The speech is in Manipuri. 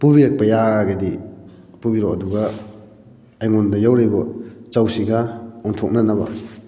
ꯄꯨꯕꯤꯔꯛꯄ ꯌꯥꯔꯒꯗꯤ ꯄꯨꯕꯤꯔꯛꯑꯣ ꯑꯗꯨꯒ ꯑꯩꯉꯣꯟꯗ ꯌꯧꯔꯤꯕ ꯆꯧꯁꯤꯒ ꯑꯣꯟꯊꯣꯛꯅꯅꯕ